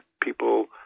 people